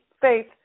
faith